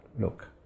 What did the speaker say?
look